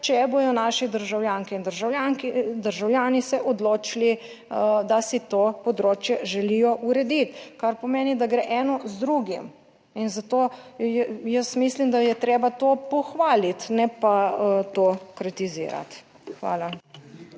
če bodo naše državljanke in državljani se odločili, da si to področje želijo urediti, kar pomeni, da gre eno z drugim, in zato jaz mislim, da je treba to pohvaliti, ne pa to kritizirati. Hvala.